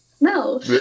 No